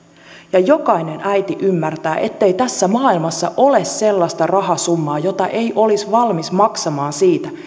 ja jokainen äiti ymmärtää ettei tässä maailmassa ole sellaista rahasummaa jota ei olisi valmis maksamaan siitä